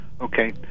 Okay